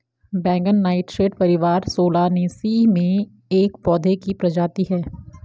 बैंगन नाइटशेड परिवार सोलानेसी में एक पौधे की प्रजाति है